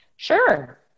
sure